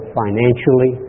financially